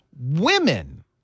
women